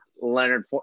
Leonard